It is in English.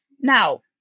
Now